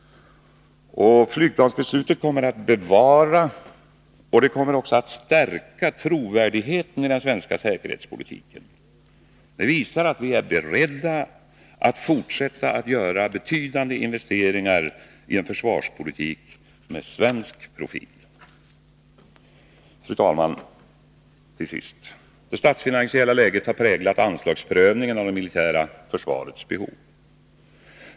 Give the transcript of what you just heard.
Flygplansbeslutet kommer att bevara och också stärka trovärdigheten i den svenska säkerhetspolitiken. Det visar att vi är beredda att fortsätta att göra betydande investeringar i en försvarspolitik med svensk profil. Fru talman! Till sist: Det statsfinansiella läget har präglat prövningen av det militära försvarets anslagsbehov.